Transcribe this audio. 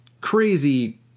crazy